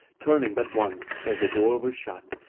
turning but once e'er the door was shut,